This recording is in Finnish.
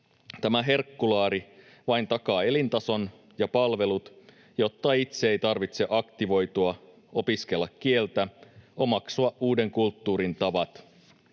Tämä herkkulaari vain takaa elintason ja palvelut, jotta itse ei tarvitse aktivoitua, opiskella kieltä, omaksua uuden kulttuurin tapoja